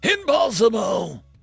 Impossible